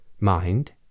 Mind